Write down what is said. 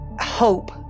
hope